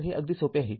तर हे अगदी सोपे आहे